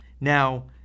Now